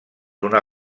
una